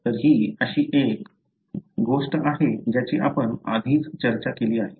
तर ही अशी एक गोष्ट आहे ज्याची आपण आधीच चर्चा केली आहे